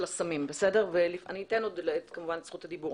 הסמים ואני אתן כמובן את זכות הדיבור.